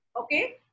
Okay